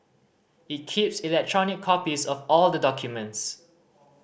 it keeps electronic copies of all the documents